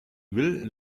will